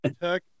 Tech